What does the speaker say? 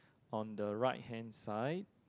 on the right hand side